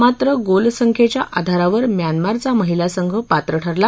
मात्र गोलसंख्येच्या आधारावर म्याएनमारचा महिला संघ पात्र ठरला